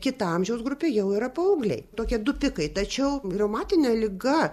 kita amžiaus grupė jau yra paaugliai tokie du pikai tačiau reumatine liga